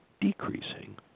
decreasing